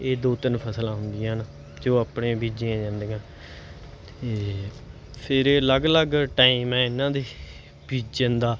ਇਹ ਦੋ ਤਿੰਨ ਫਸਲਾਂ ਹੁੰਦੀਆਂ ਹਨ ਜੋ ਆਪਣੇ ਬੀਜੀਆਂ ਜਾਂਦੀਆਂ ਅਤੇ ਫੇਰ ਇਹ ਅਲੱਗ ਅਲੱਗ ਟਾਈਮ ਹੈ ਇਹਨਾਂ ਦੇ ਬੀਜਣ ਦਾ